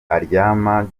aryama